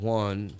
one